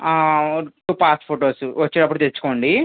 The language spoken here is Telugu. ఆ టూ పాస్ ఫొటోస్ వచ్చేటప్పుడు తెచ్చుకోండి